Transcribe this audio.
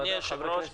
אדוני היושב-ראש,